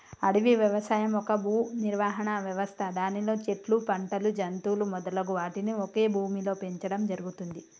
అడవి వ్యవసాయం ఒక భూనిర్వహణ వ్యవస్థ దానిలో చెట్లు, పంటలు, జంతువులు మొదలగు వాటిని ఒకే భూమిలో పెంచడం జరుగుతుంది